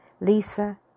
Lisa